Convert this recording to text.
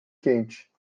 quente